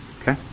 Okay